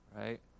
right